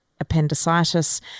appendicitis